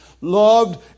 loved